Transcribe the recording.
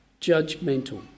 judgmental